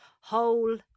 whole